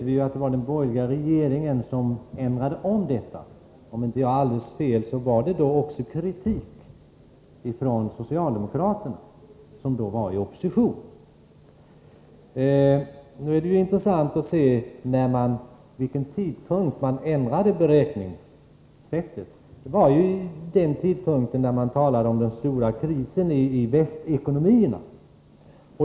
Vi vet ju att det var den borgerliga regeringen som ändrade detta. Om jag inte har alldeles fel, föranledde detta kritik från socialdemokraterna, som då var i opposition. Det är intressant att se vid vilken tidpunkt beräkningssättet ändrades. Det skedde när man talade om den stora krisen i västekonomierna.